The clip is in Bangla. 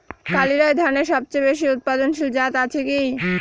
কালিরাই ধানের সবচেয়ে বেশি উৎপাদনশীল জাত আছে কি?